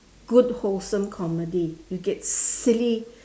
good wholesome comedy you get silly